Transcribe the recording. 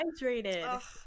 hydrated